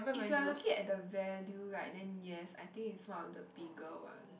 if you are looking at the value right then yes I think it's one of the bigger ones